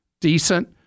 decent